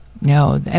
No